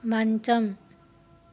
మంచం